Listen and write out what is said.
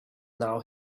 now